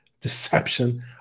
Deception